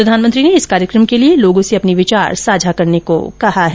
प्रधानमंत्री ने इस कार्यकम के लिए लोगों से अपने विचार साझा करने को कहा है